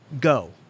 go